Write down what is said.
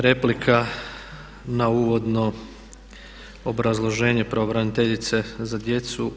Replika na uvodno obrazloženje pravobraniteljice za djecu.